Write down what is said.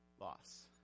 loss